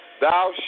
thou